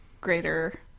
greater